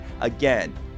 again